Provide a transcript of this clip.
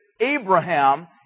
Abraham